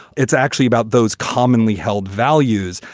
it's actually about those commonly held values.